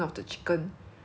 来炸那个